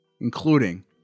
including